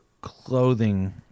clothing